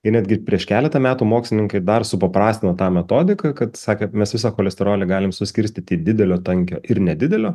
ji netgi prieš keletą metų mokslininkai dar supaprastino tą metodiką kad sakant mes visa cholesterolį galime suskirstyti į didelio tankio ir nedidelio